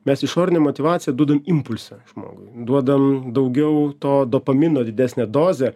mes išorine motyvacija duodam impulsą žmogui duodam daugiau to dopamino didesnę dozę